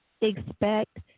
expect